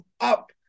up